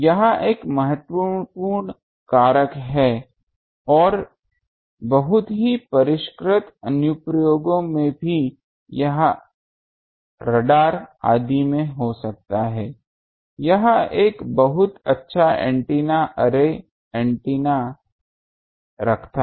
यह एक बहुत ही महत्वपूर्ण कारक है और बहुत ही परिष्कृत अनुप्रयोगों में भी यह RADARs आदि में हो सकता है यह एक बहुत अच्छा एंटीना अर्रे एंटीना रखता है